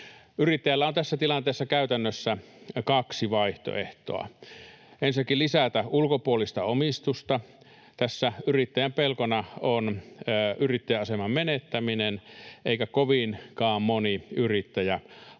Yrittäjällä on tässä tilanteessa käytännössä kaksi vaihtoehtoa. Ensinnäkin voi lisätä ulkopuolista omistusta. Tässä yrittäjän pelkona on yrittäjäaseman menettäminen, eikä kovinkaan moni yrittäjä halua